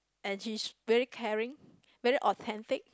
and she is very caring very authentic